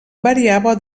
variava